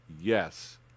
Yes